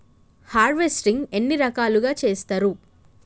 Harvesting ఎన్ని రకాలుగా చేస్తరు?